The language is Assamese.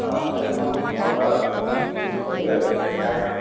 অঁ ৰাতিপুৱা মোৰ ঘৰত